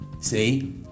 See